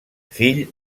fill